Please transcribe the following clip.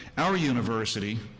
our university,